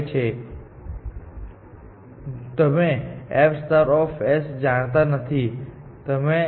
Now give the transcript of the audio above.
આ f ના સ્થાનિક લોકો છે જેનો અર્થ એ છે કે આ બાઉન્ડ્રી પરના તમામ નોડ્સનું મૂલ્ય બરાબર છે f વેલ્યુ ઓપ્ટિમલ કોસ્ટ જેટલું છે